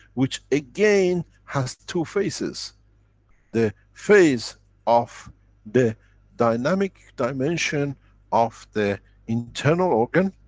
which, again, has two phases the phase of the dynamic dimension of the internal organs,